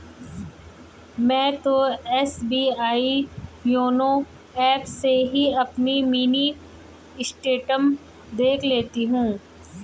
मैं तो SBI YONO app से ही अपनी मिनी स्टेटमेंट देख लेती हूँ